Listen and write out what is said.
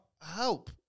help